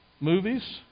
Movies